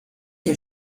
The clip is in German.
der